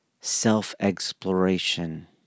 self-exploration